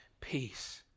peace